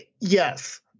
Yes